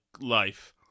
life